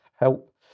help